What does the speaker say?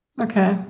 Okay